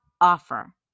offer